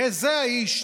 וזה האיש,